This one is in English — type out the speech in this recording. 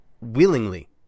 willingly